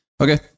Okay